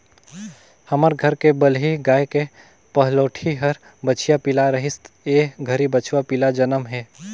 हमर घर के बलही गाय के पहलोठि हर बछिया पिला रहिस ए घरी बछवा पिला जनम हे